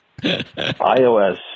iOS